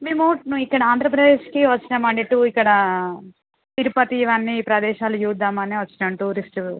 మేము ఇక్కడ ఆంధ్రప్రదేశ్కి వచ్చామండి టూర్ ఇక్కడ తిరుపతి ఇవన్నీ ప్రదేశాలు చూద్దామని వచ్చినాము టూరిస్ట్